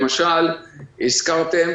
למשל הזכרתם